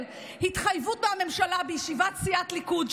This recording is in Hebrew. התחייבות מהממשלה בישיבת סיעת הליכוד,